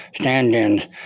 stand-ins